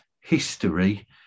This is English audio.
history